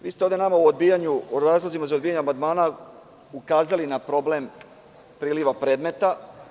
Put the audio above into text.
Vi ste ovde nama, u razlozima za odbijanje amandmana, ukazali na problem priliva predmeta.